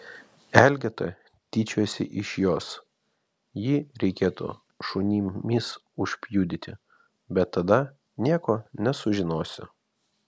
elgeta tyčiojasi iš jos jį reikėtų šunimis užpjudyti bet tada nieko nesužinosi